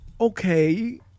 okay